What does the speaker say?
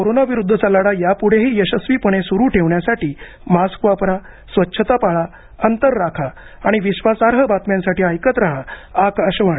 कोरोनाविरुद्धचा लढा यापुढेही यशस्वीपणे सुरूठेवण्यासाठी मास्क वापरा स्वच्छता पाळा अंतर राखा आणि विश्वासार्ह बातम्यांसाठी ऐकत राहा आकाशवाणी